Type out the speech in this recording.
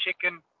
Chicken